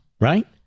right